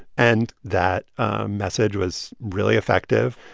and that message was really effective.